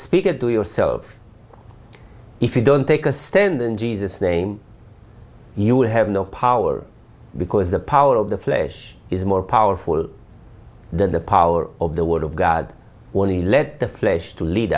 speak it to yourself if you don't take a stand in jesus name you have no power because the power of the flesh is more powerful than the power of the word of god wanted to let the flesh to lead